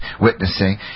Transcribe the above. witnessing